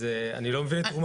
אני לא מבין את תרומתו לעניין.